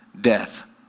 death